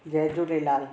Jay Jhulelal